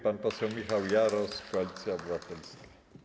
Pan poseł Michał Jaros, Koalicja Obywatelska.